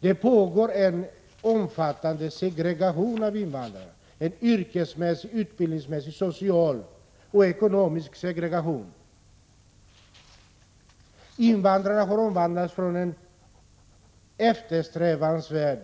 Det pågår en omfattande segregation av invandrare — en yrkesmässig, utbildningsmässig, social och ekonomisk segregation. Från att ha varit en eftersträvansvärd